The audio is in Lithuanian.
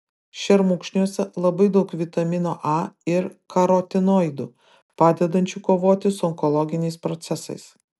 šermukšniuose labai daug vitamino a ir karotinoidų padedančių kovoti su onkologiniais procesais